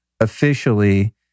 officially